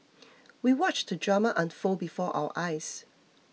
we watched the drama unfold before our eyes